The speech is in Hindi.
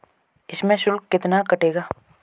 इसमें शुल्क कितना कटेगा?